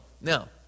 Now